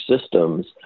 systems